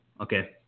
Okay